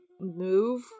move